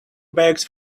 bags